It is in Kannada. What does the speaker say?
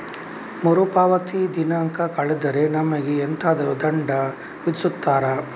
ಮರುಪಾವತಿ ದಿನಾಂಕ ಕಳೆದರೆ ನಮಗೆ ಎಂತಾದರು ದಂಡ ವಿಧಿಸುತ್ತಾರ?